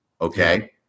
okay